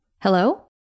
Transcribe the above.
Hello